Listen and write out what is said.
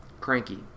cranky